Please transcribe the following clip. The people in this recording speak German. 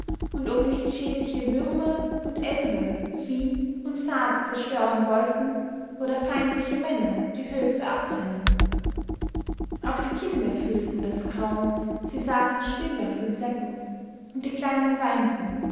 und ob nicht schädliche würmer und elbe vieh und saat zerstören wollten oder feindliche männer die höfe abbrennen auch die kinder fühlten das grauen sie saßen still auf den säcken und die kleinen weinten